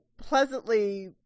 pleasantly